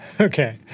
Okay